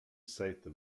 seth